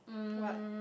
what